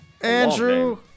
Andrew